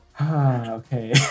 Okay